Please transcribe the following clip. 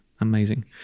amazing